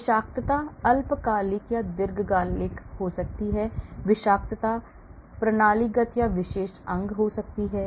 विषाक्तता अल्पकालिक या दीर्घकालिक हो सकती है विषाक्तता प्रणालीगत या विशेष अंग हो सकती है